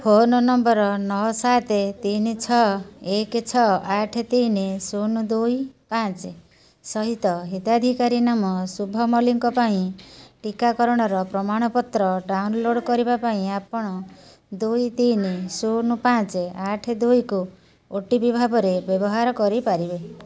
phone number ନଅ ସାତ ତିନି ଛଅ ଏକ ଛଅ ଆଠ ତିନି ଶୂନ ଦୁଇ ପାଞ୍ଚ ସହିତ ହିତାଧିକାରୀ ନାମ ଶୁଭ ମଲ୍ଲିକ ପାଇଁ ଟିକାକରଣର ପ୍ରମାଣପତ୍ର ଡ଼ାଉନଲୋଡ଼୍ କରିବା ପାଇଁ ଆପଣ ଦୁଇ ତିନି ଶୂନ ପାଞ୍ଚ ଆଠ ଦୁଇକୁ ଓ ଟି ପି ଭାବରେ ବ୍ୟବହାର କରିପାରିବେ